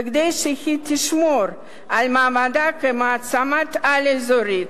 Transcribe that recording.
וכדי שהיא תשמור על מעמדה כמעצמת-על אזורית,